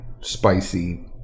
spicy